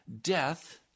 Death